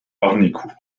warnécourt